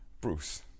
Bruce